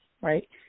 right